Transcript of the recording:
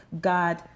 God